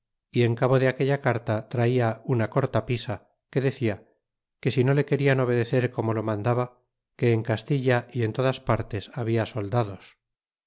y en cabo de aquella carta traia una cortapisa que decia que si no le querian obedecer como lo mandaba que en castilla y en todas partes habla soldados